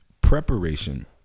preparation